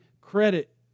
credit